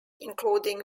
including